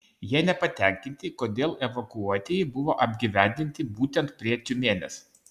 jie nepatenkinti kodėl evakuotieji buvo apgyvendinti būtent prie tiumenės